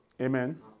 Amen